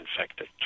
infected